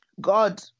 God